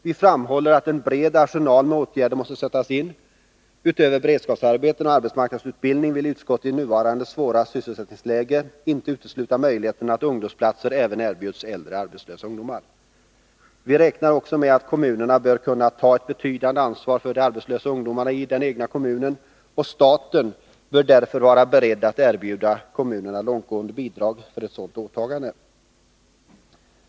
Vi framhåller att en bred arsenal med åtgärder måste sättas in. Utöver beredskapsarbeten och arbetsmarknadsutbildning vill utskottet i nuvarande svåra sysselsättningsläge inte utesluta möjligheterna att ungdomsplatser även erbjuds äldre arbetslösa ungdomar. Vi räknar också med att kommunerna bör kunna ta ett betydande ansvar för de arbetslösa ungdomarna i den egna kommunen, och staten bör därför vara beredd att erbjuda kommunerna långtgående bidrag för ett sådant åtagande.